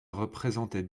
représentait